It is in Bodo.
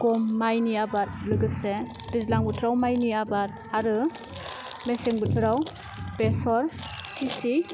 गम माइनि आबाद लोगोसे दैज्लां बोथोराव माइनि आबाद आरो मेसें बोथोराव बेसर थिसि